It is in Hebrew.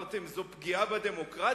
אמרתם "זו פגיעה בדמוקרטיה"?